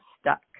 stuck